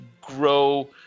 grow